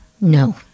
No